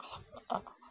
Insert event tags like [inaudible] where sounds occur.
[laughs]